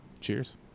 Cheers